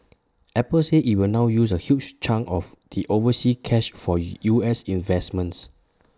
Apple said IT will now use A large chunk of the overseas cash for U S investments